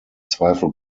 zweifel